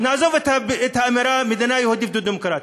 נעזוב את האמירה "מדינה יהודית ודמוקרטית".